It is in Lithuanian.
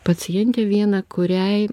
pacientė viena kuriai